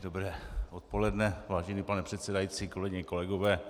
Dobré odpoledne, vážený pane předsedající, kolegyně, kolegové.